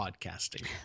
podcasting